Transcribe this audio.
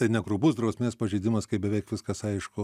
tai ne grubus drausmės pažeidimas kai beveik viskas aišku